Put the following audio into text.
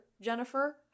Jennifer